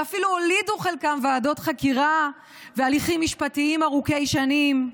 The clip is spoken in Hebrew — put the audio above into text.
וחלקם אפילו הולידו ועדות חקירה והליכים משפטיים ארוכי שנים.